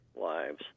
lives